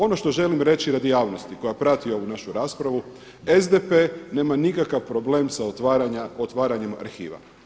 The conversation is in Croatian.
Ono što želim reći radi javnosti koja prati ovu našu raspravu, SDP nema nikakav problem sa otvaranjem arhiva.